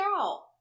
out